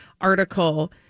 article